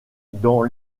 dans